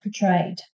portrayed